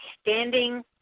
standing